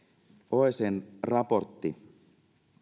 oecdn raportti